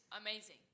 amazing